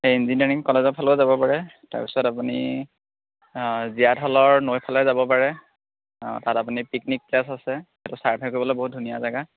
এই ইঞ্জিনিয়াৰিং কলেজৰ ফালে যাব পাৰে তাৰপিছত আপুনি জিয়াধলৰ নৈৰ ফালে যাব পাৰে তাত আপুনি পিকনিক প্লেছ আছে সেইটো চাৰ্ভে কৰিবলে বহুত ধুনীয়া জেগা